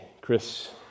chris